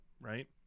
right